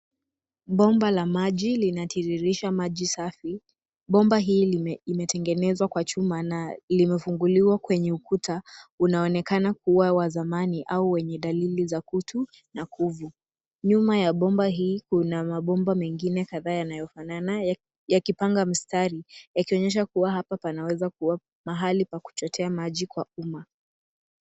Bomba la maji linatiririsha maji safi. Bomba hii imetengenezwa kwa chuma na limefunguliwa kwenye ukuta. Unaonekana kuwa wa zamani au wenye dalili za kutu na kovu. Nyuma ya bomba hii kuna mabomba mengine kadhaa yanayofanana yakipanga mstari yakionyesha kuwa hapa panaweza kuwa mahali pa kuchotea maji kwa umma.